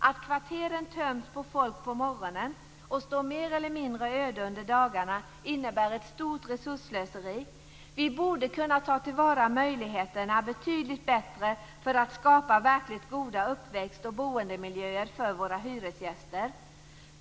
Att kvarteren töms på folk på morgonen och står mer eller mindre öde under dagarna innebär ett stort resursslöseri. Vi borde kunna ta tillvara möjligheterna betydligt bättre, för att skapa verkligt goda uppväxt och boendemiljöer för våra hyresgäster.